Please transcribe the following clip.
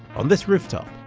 on this rooftop,